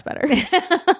better